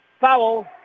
foul